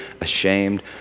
ashamed